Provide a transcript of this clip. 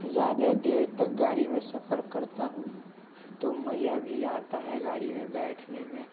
زیادہ دیر تک گاڑی میں سفر کرتا ہوں تو مزا بھی آتا ہے گاڑی میں بیٹھنے میں